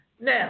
Now